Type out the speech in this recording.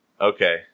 okay